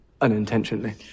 unintentionally